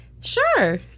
sure